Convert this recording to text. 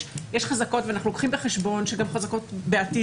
יש חזקות ואנחנו לוקחים בחשבון שגם חזקות בעתיד